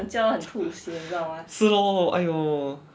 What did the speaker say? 是 lor !aiyo!